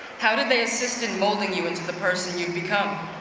how did they assist in molding you into the person you've become?